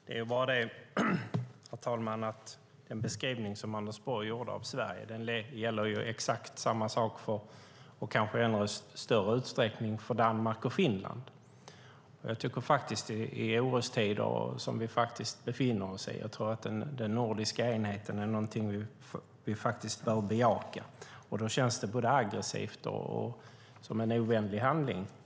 Herr talman! Det är bara det att den beskrivning som Anders Borg gjorde av Sverige gäller exakt också, och kanske i ännu större utsträckning, för Danmark och Finland. I de orostider som vi befinner oss i tror jag att den nordiska enigheten är något som vi bör bejaka. Då känns det som regeringen gör som både aggressivt och som en ovänlig handling.